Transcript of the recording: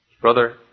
Brother